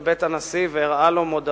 הגיע מנחם פרוש לבית הנשיא, והראה לו מודעות